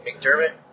McDermott